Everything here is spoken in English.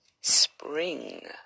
spring